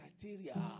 criteria